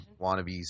wannabes